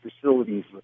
facilities